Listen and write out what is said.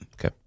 Okay